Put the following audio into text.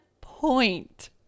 point